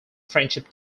friendship